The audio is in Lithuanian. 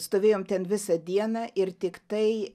stovėjom ten visą dieną ir tiktai